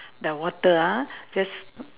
the water ah just